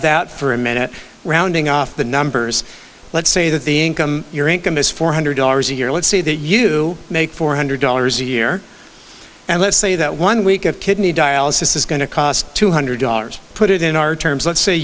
that for a minute rounding off the numbers let's say that the income your income is four hundred dollars a year let's say that you make four hundred dollars a year and let's say that one week a kidney dialysis is going to cost two hundred dollars put it in our terms let's say